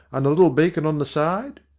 and a little bacon on the side?